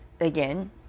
again